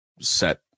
set